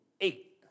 eight